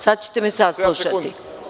Sada ćete me saslušati.